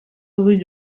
rue